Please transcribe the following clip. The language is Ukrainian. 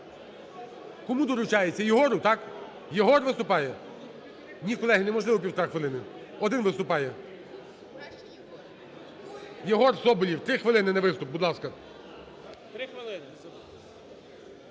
Кому доручається? Єгору, так? Єгор виступає? Ні, колеги, неможливо півтори хвилини, один виступає. Єгор Соболєв 3 хвилини на виступ, будь ласка. 17:09:55